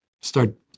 start